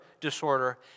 disorder